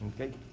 Okay